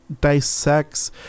dissects